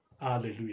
Hallelujah